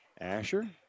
Asher